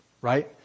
right